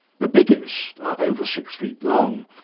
the biggest are over six feet long,